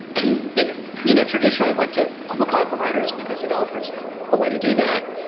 and they you know traditionally went to public cloud providers, because it offers them a way to do that.